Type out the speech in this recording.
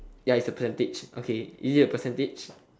ya it's a percentage is it a percentage